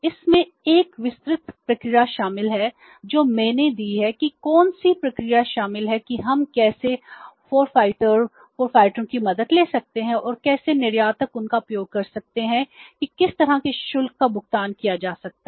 इसमें एक विस्तृत प्रक्रिया शामिल है जो मैंने दी है कि कौन सी प्रक्रिया शामिल है कि हम कैसे फोरफ़ाइटरों की मदद ले सकते हैं और कैसे निर्यातक उनका उपयोग कर सकते हैं कि किस तरह के शुल्क का भुगतान किया जा सकता है